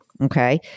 Okay